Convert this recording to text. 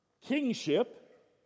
kingship